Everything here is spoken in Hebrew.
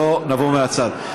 נבוא מהצד.